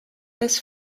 this